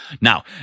Now